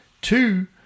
Two